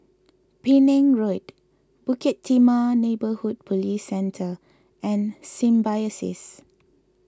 Penang Road Bukit Timah Neighbourhood Police Centre and Symbiosis